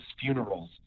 funerals